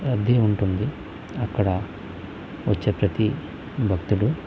రద్దీ ఉంటుంది అక్కడ వచ్చే ప్రతి భక్తుడు